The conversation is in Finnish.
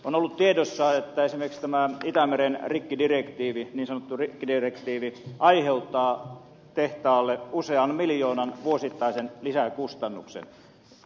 on ollut tiedossa että esimerkiksi tämä itämeren niin sanottu rikkidirektiivi aiheuttaa tehtaalle usean miljoonan vuosittaisen lisäkustannuksen